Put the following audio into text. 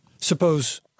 Suppose